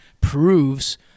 proves